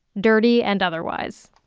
dirty and otherwise